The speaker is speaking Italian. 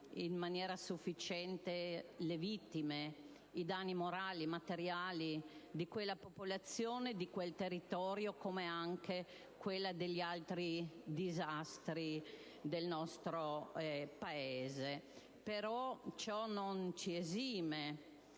in maniera sufficiente le vittime, i danni morali e materiali di quella popolazione e di quel territorio, come anche le vittime degli altri disastri del nostro Paese, però ciò non ci esime